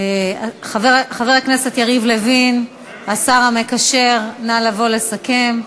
חבר הכנסת יריב לוין, השר המקשר, נא לבוא לסכם.